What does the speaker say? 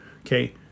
Okay